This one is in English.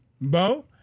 Bo